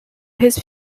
his